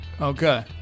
Okay